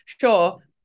sure